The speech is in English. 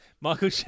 Michael